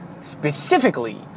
specifically